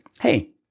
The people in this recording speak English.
Hey